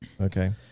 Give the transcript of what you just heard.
Okay